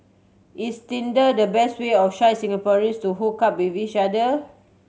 is Tinder the best way of shy Singaporeans to hook up with each other